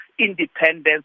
independence